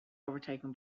overtaken